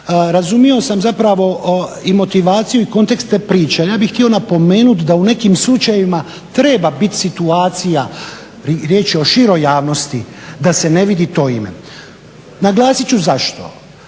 Razumio sam zapravo i motivaciju i kontekst te priče. Ja bih htio napomenut da u nekim slučajevima treba situacija, riječ je o široj javnosti, da se ne vidi to ime, naglasit ću zašto.